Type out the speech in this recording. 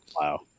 wow